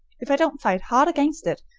if i don't fight hard against it,